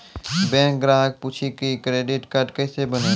Bank ग्राहक पुछी की क्रेडिट कार्ड केसे बनेल?